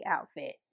outfit